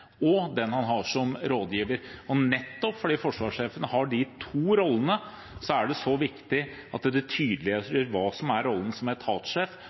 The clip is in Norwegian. og den rollen han har som rådgiver. Nettopp fordi forsvarssjefen har de to rollene, er det så viktig at det tydeliggjøres hva som er rollen som